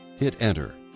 hit enter